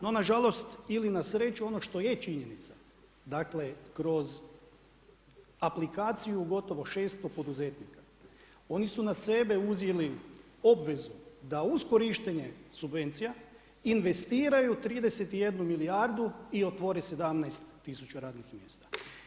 No, na žalost ili na sreću ono što je činjenica, dakle kroz aplikaciju gotovo 600 poduzetnika oni su na sebe uzeli obvezu da uz korištenje subvencija investiraju 31 milijardu i otvore 17 tisuća radnih mjesta.